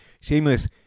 shameless